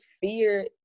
fear